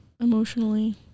emotionally